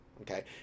okay